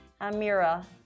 Amira